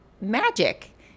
magic